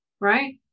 right